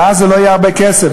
ואז זה לא יהיה הרבה כסף,